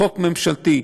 חוק ממשלתי,